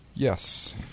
Yes